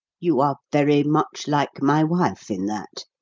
you are very much like my wife in that,